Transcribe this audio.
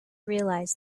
realize